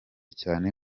cyane